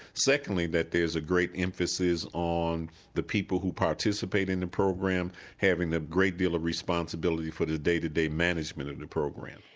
secondly, that there's a great emphasis on the people who participate in the program having a great deal of responsibility for the day to day management of the program.